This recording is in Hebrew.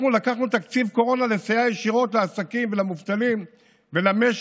אנחנו לקחנו תקציב קורונה לסייע ישירות לעסקים ולמובטלים ולמשק,